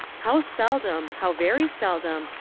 how seldom, how very seldom,